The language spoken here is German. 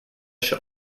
wäsche